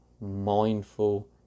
mindful